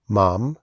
mom